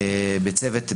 בצוות בין-משרדי,